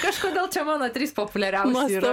kažkodėl čia mano trys populiariausi yra